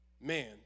man